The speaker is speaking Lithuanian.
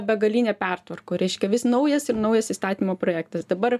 begalynė pertvarkų reiškia vis naujas ir naujas įstatymo projektas dabar